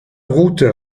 rute